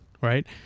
right